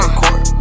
court